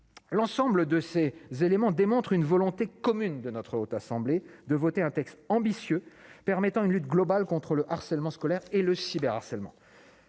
L'ensemble de ces éléments démontre une volonté commune des membres de la Haute Assemblée de voter un texte ambitieux, permettant une lutte globale contre le harcèlement scolaire et le cyberharcèlement.